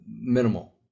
minimal